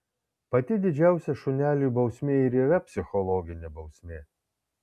pati didžiausia šuneliui bausmė ir yra psichologinė bausmė